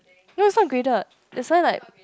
ya it's not graded that's why like